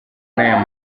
n’aya